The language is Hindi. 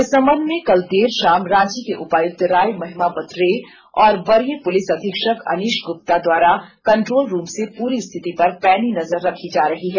इस संबंध में कल देर षाम रांची के उपायुक्त राय महिमापत रे और वरीय पुलिस अधीक्षक अनीश गुप्ता द्वारा कंट्रोल रूम से पूरी स्थिति पर पैनी नजर रखी जा रही है